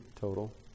total